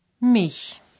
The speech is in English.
mich